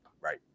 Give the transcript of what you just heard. Right